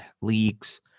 leagues